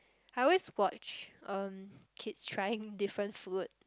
I always watch um kids trying different food